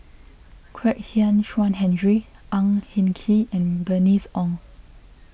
Kwek Hian Chuan Henry Ang Hin Kee and Bernice Ong